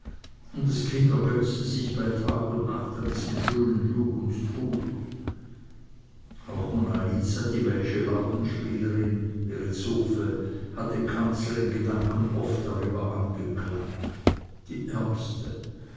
und das kind ergötzte sich bei tag und nacht an diesem schönen lug und trug auch monna lisa die welsche lautenspielerin ihre zofe hat den kanzler in gedanken oft darüber angeklagt die ärmste